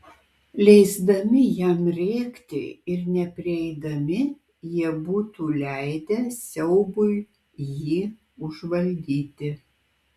leisdami jam rėkti ir neprieidami jie būtų leidę siaubui jį užvaldyti